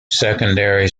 secondary